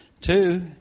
two